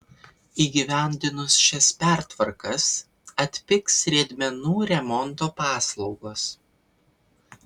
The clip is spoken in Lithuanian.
įgyvendinus šias pertvarkas atpigs riedmenų remonto paslaugos